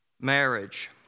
marriage